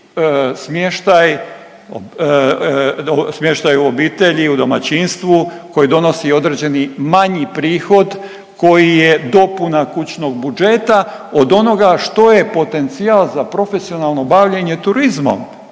smještaj u obitelji u domaćinstvu koji donosi određeni manji prihod koji je dopuna kućnog budžeta od onoga što je potencijal za profesionalno bavljenje turizmom.